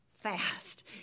fast